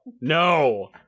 No